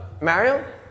Mario